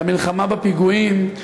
למלחמה בפיגועים,